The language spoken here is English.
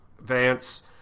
Vance